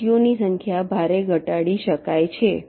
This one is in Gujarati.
લીટીઓની સંખ્યા ભારે ઘટાડી શકાય છે